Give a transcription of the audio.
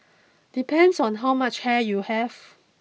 depends on how much hair you have